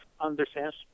understands